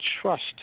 trust